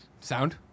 Sound